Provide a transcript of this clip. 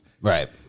Right